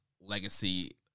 legacy